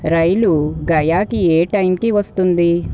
రైలు గయాకి ఏ టైంకి వస్తుంది